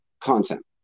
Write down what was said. content